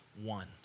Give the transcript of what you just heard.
one